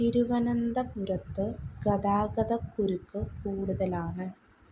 തിരുവനന്തപുരത്ത് ഗതാഗതക്കുരുക്ക് കൂടുതലാണ്